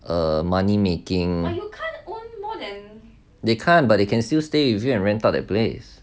a money making more than they can't but they can still stay with you and rent out that place